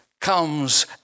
comes